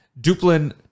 Duplin